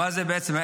מה זה בעצם,